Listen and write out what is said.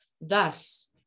Thus